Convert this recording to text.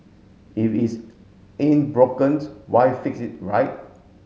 if it's ain't broken why fix it right